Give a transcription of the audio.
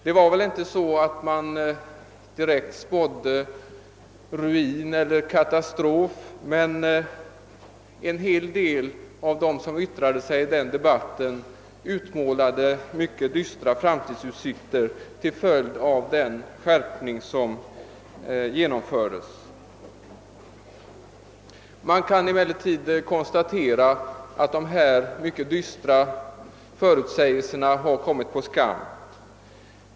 Man spådde väl inte direkt ruin eller katastrof, men flera av dem som yttrade sig i debatten utmålade mycket dystra framtidsutsikter. Man kan emellertid : konstatera att dessa mycket dystra förutsägelser har kommit på skam.